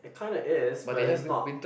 it kinda is but it's not